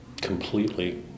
completely